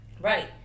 Right